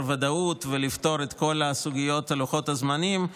ודאות ולפתור את כל הסוגיות של לוחות הזמנים.